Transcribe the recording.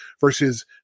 Versus